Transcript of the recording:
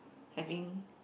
having